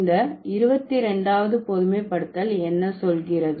இந்த 22வது பொதுமைப்படுத்தல் என்ன சொல்கிறது